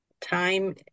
Time